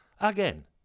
Again